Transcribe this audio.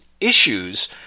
issues